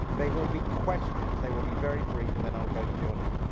they will be questions they will be very brief and then i'll go to the audience.